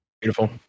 beautiful